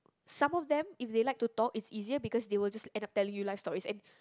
some of them if they like to talk is easier because they will just end up telling you life stories and